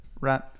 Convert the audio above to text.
right